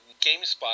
GameSpot